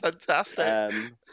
Fantastic